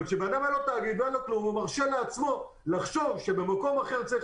אבל כשלבן אדם אין תאגיד והוא מרשה לעצמו לחשוב שבמקום אחר צריך